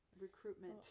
Recruitment